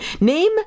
Name